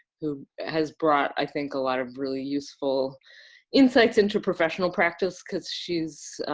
who has brought, i think, a lot of really useful insights into professional practice cause she's